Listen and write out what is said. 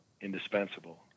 indispensable